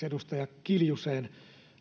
edustaja kiljuseen